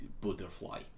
butterfly